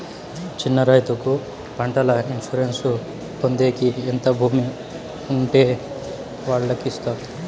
చిన్న రైతుకు పంటల ఇన్సూరెన్సు పొందేకి ఎంత భూమి ఉండే వాళ్ళకి ఇస్తారు?